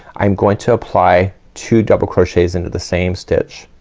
i'm going to apply two double crochets into the same stitch.